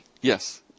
Yes